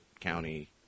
county